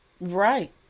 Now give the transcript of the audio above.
Right